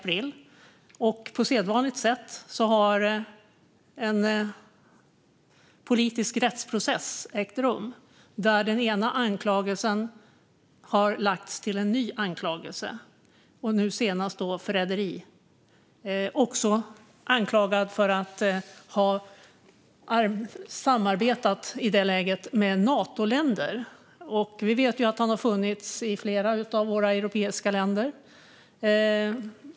På sedvanligt sätt har en politisk rättsprocess ägt rum där den ena anklagelsen har lagts till den andra, nu senast för förräderi. Han är också anklagad för att ha samarbetat med Natoländer. Vi vet ju att han har funnits i flera av våra europeiska länder.